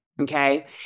okay